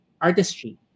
artistry